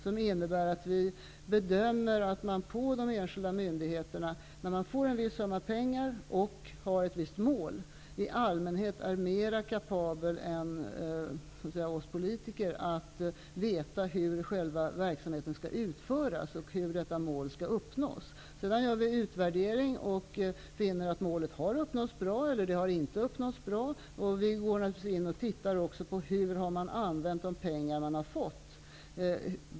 Det innebär att vi bedömer att man på de enskilda myndigheterna -- med en viss summa pengar och ett visst bestämt mål -- i allmänhet är mer kapabel än vi politiker är när det gäller att veta hur verksamheten skall utföras och hur målet skall uppnås. Sedan görs en utvärdering om huruvida målet har uppnåtts bra eller ej. Vi går naturligtvis också in och ser på hur man har använt de pengar som man har fått.